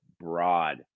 broad